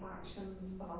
actions